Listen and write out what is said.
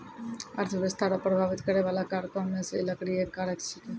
अर्थव्यस्था रो प्रभाबित करै बाला कारको मे से लकड़ी एक कारक छिकै